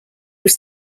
was